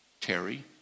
Terry